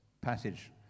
passage